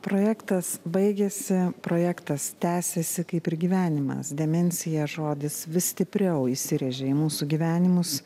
projektas baigėsi projektas tęsiasi kaip ir gyvenimas demencija žodis vis stipriau įsirėžia į mūsų gyvenimus